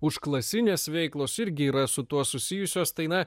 užklasinės veiklos irgi yra su tuo susijusios tai na